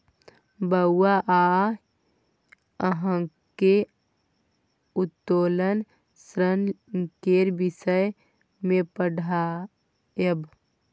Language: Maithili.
बौआ आय अहाँक उत्तोलन ऋण केर विषय मे पढ़ायब